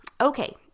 Okay